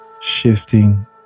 shifting